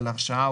על הרשעה,